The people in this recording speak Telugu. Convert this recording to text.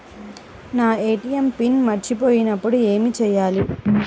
నా ఏ.టీ.ఎం పిన్ మరచిపోయినప్పుడు ఏమి చేయాలి?